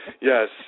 Yes